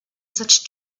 such